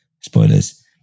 spoilers